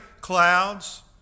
clouds